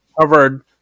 covered